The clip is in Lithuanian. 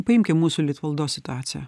paimkim mūsų litvaldos situaciją